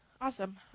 Awesome